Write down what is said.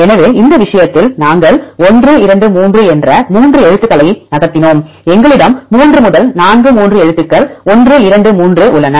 எனவே இந்த விஷயத்தில் நாங்கள் 1 2 3 என்ற 3 எழுத்துக்களை நகர்த்தினோம் எங்களிடம் 3 முதல் 4 3 எழுத்துக்கள் 1 2 3 உள்ளன